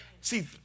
See